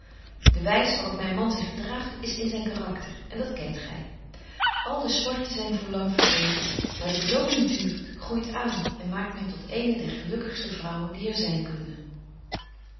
wys waar op myn man zich gedraagt is in zyn karakter en dat kent gy al de smarten zyn voorlang vergeten maar de beloning duurt groeit aan en maakt my tot eene der gelukkigste vrouwen die er zyn kunnen